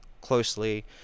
closely